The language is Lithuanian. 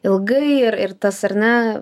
ilgai ir ir tas ar ne